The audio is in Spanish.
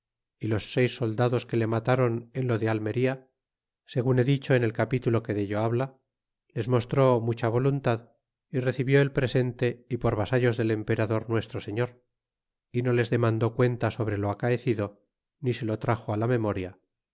y los seis soldados que le matron en lo de almería segun he dicho en el capitulo que dello habla les mostró mucha voluntad y recibió el presente y por vasallos del emperador nuestro serior y no les demandó cuenta sobre lo acaecido ni se lo traxo la memoria